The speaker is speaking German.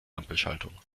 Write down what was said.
ampelschaltung